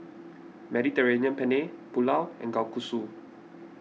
Mediterranean Penne Pulao and Kalguksu